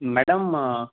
madam